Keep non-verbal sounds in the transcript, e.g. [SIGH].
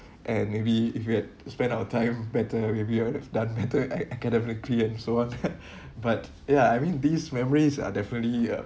and maybe if we had spend our time better maybe you would have done better [LAUGHS] ac~ academically and so on but ya I mean these memories are definitely uh